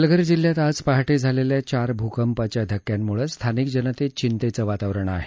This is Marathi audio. पालघर जिल्ह्यात आज पहाटे झालेल्या चार भूकंपाच्या धक्क्यांमुळे स्थानिक जनतेत चिंतेचं वातावरण आहे